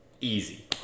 Easy